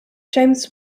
james